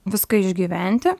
viską išgyventi